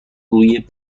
روی